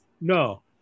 no